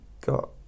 got